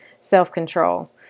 self-control